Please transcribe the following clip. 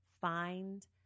find